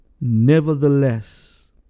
Nevertheless